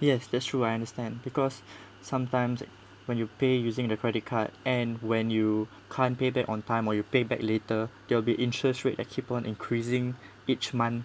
yes that's true I understand because sometimes when you pay using the credit card and when you can't pay back on time or you pay back later there will be interest rate that keep on increasing each month